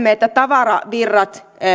tiedämme että tavaravirrat